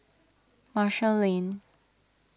Marshall Lane